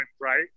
right